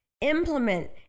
Implement